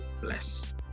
bless